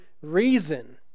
reason